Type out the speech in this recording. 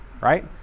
right